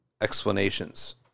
explanations